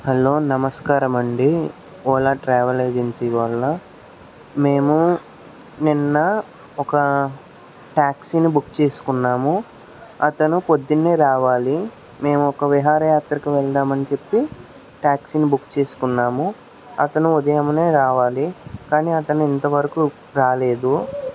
hello నమస్కారము అండి Ola travel agency వాళ్ళా మేము నిన్న ఒక టాక్సీని బుక్ చేసుకున్నాము అతను పొద్దున్నే రావాలి మేము ఒక విహారయాత్రకు వెళ్దామని చెప్పి టాక్సీని బుక్ చేసుకున్నాము అతను ఉదయమునే రావాలి కానీ అతను ఇంతవరకు రాలేదు